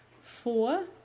four